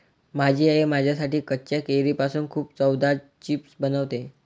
माझी आई माझ्यासाठी कच्च्या केळीपासून खूप चवदार चिप्स बनवते